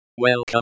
Welcome